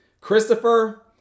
Christopher